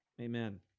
amen